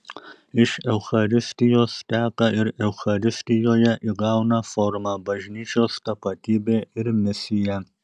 iš eucharistijos teka ir eucharistijoje įgauna formą bažnyčios tapatybė ir misija